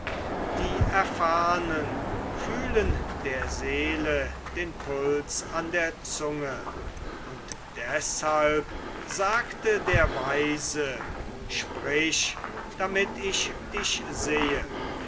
die erfahrenen fühlen der seele den puls an der zunge und deshalb sagte der weise sokrates sprich damit ich dich sehe